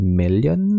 million